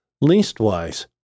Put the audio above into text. Leastwise